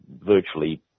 virtually